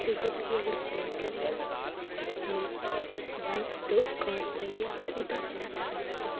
कुसेै दा बी अगर वर्डडे होवै ना में उसी कार्ड बनाइयै खुद अपने हत्थें कन्नै